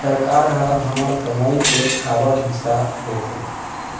सरकार ह हमर कमई के काबर हिस्सा लेथे